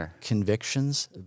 convictions